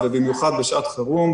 ובמיוחד בשעת חירום.